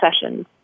sessions